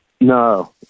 no